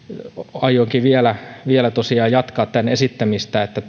aionkin vielä vielä tosiaan jatkaa tämän esittämistä että